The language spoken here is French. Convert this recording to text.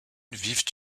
vivent